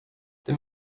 det